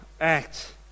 act